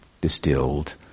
distilled